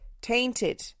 tainted